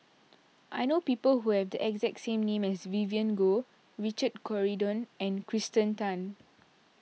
I know people who have the exact name as Vivien Goh Richard Corridon and Kirsten Tan